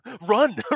run